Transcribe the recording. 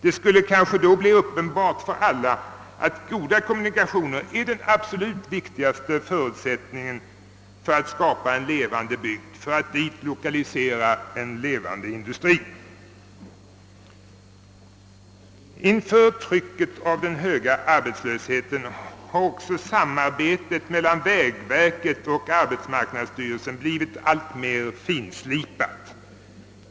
Det skulle då kanske bli uppenbart för alla att goda kommunikationer är den absolut viktigaste förutsättningen för att skapa en levande bygd, för att dit lokalisera en levande industri. Inför trycket av den höga arbetslösheten har också samarbetet mellan vägverket och arbetsmarknadsstyrelsen blivit alltmer finslipat.